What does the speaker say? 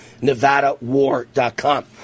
NevadaWar.com